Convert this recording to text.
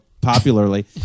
popularly